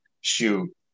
shoot